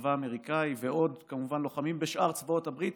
בצבא האמריקאי ועוד כמובן לוחמים בשאר צבאות הברית.